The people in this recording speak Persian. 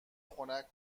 خنک